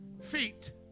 feet